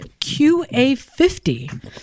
QA50